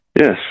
Yes